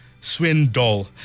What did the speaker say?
Swindoll